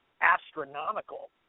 astronomical